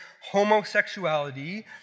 homosexuality